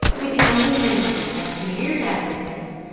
we can only mention that two years after this,